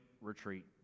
retreat